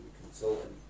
consultant